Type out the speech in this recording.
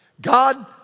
God